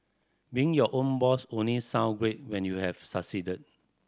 being your own boss only sound great when you have succeeded